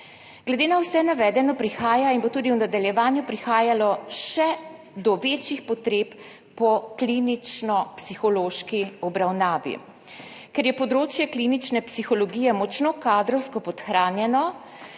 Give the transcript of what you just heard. Glede na vse navedeno prihaja in bo tudi v nadaljevanju prihajalo še do večjih potreb po klinično psihološki obravnavi, ker je področje klinične psihologije močno kadrovsko podhranjeno,